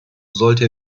sollte